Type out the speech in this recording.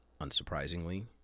unsurprisingly